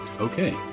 Okay